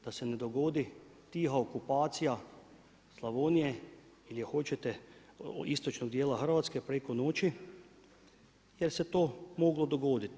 Da se ne dogodi tiha okupacija Slavonije ili hoćete istočnog dijela Hrvatske preko noći jer se to moglo dogoditi.